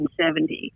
1970